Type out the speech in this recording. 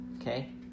okay